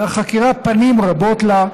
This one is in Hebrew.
והחקירה, פנים רבות לה.